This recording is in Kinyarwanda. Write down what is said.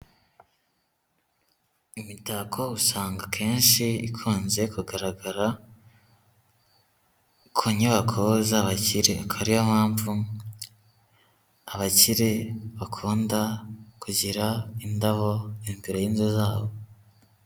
Imitako usanga akenshi ikunze kugaragara ku nyubako z'abakire, akaba ari yo mpamvu abakire bakunda kugira indabo imbere y'inzu zabo.